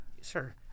Sir